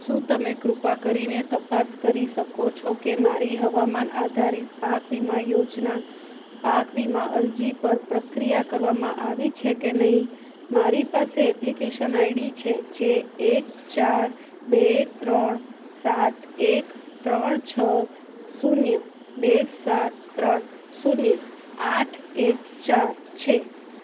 શું તમે કૃપા કરીને તપાસ કરી શકો છો કે મારી હવામાન આધારિત પાક વીમા યોજના પાક વીમા અરજી પર પ્રક્રિયા કરવામાં આવી છે કે નહીં મારી પાસે એપ્લિકેશન આઈડી છે જે એક ચાર બે ત્રણ સાત એક ત્રણ છ શૂન્ય બે સાત ત્રણ શૂન્ય આઠ એક ચાર છે